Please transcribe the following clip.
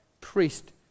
priest